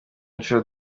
nshuro